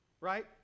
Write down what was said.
Right